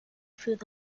through